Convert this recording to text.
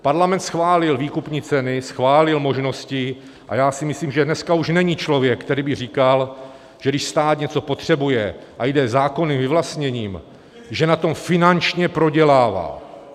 Parlament schválil výkupní ceny, schválil možnosti a já si myslím, že dneska už není člověk, který by říkal, že když stát něco potřebuje a jde zákonným vyvlastněním, že na tom finančně prodělává.